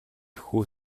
хүү